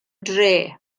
dre